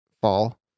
fall